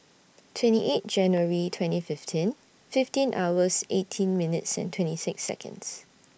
twenty eight January twenty fifteen fifteen hours eighteen minutes and twenty six Seconds